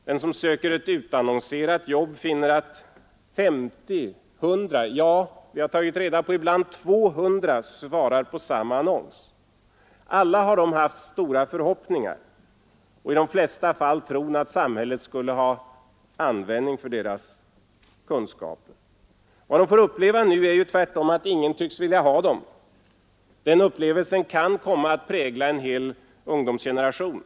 Den som söker ett utannonserat jobb finner att 50, 100, ja — det har vi tagit reda på — ibland 200 svarar på samma annons. Alla har de haft stora förhoppningar och i de flesta fall tron att samhället skulle ha användning för deras kunskaper. Vad de får uppleva nu är tvärtom att ingen tycks vilja ha dem. Den upplevelsen kan komma att prägla en hel ungdomsgeneration.